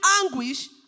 anguish